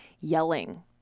yelling